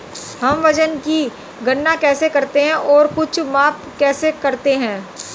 हम वजन की गणना कैसे करते हैं और कुछ माप कैसे करते हैं?